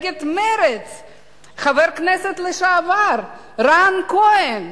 חבר הכנסת לשעבר רן כהן,